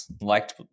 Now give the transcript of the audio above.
liked